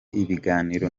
ibiganiro